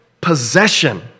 possession